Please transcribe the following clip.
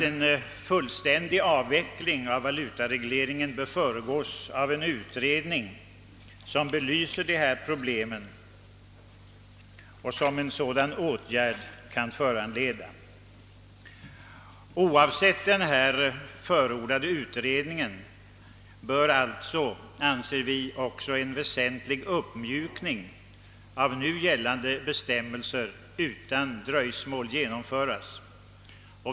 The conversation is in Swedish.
En fullständig avveckling av valutaregleringen bör enligt vår mening föregås av en utredning, som belyser de problem som en sådan åtgärd kan föranleda. Oavsett den här förordade utredningen bör, anser vi, också en väsentlig uppmjukning av nuvarande bestämmelser utan dröjsmål genomföras.